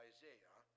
Isaiah